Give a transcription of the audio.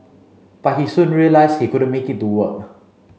but he soon realised he could make it to work